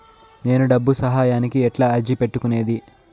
నేను డబ్బు సహాయానికి ఎట్లా అర్జీ పెట్టుకునేది?